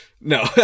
No